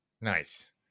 Nice